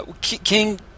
King